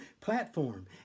platform